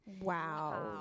Wow